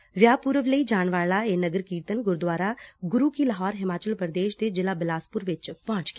ਇਹ ਵਿਆਹ ਪੁਰਵ ਲਈ ਜਾਣ ਵਾਲਾ ਨਗਰ ਕੀਰਤਨ ਗੁਰੁਦਵਾਰਾ ਗੁਰੁ ਕੀ ਲਾਹੌਰ ਹਿਮਾਚਲ ਪ੍ਦੇਸ਼ ਦੇ ਜਿਲਾ ਬਿਲਾਸਪੁਰ ਵਿਚ ਪਹੁੰਚ ਗਿਆ